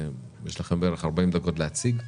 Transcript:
יש לכם בערך 40 דקות להציג,